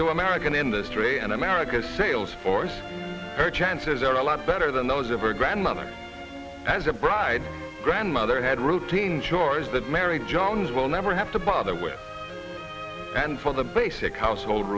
to american industry and america sales force her chances are a lot better than those of her grandmother as a bride grandmother had routine chores that mary jones will never have to bother with and for the basic household